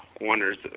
wonders